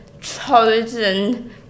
chosen